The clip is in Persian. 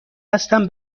هستم